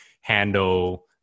handle